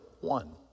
one